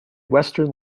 western